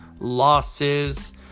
losses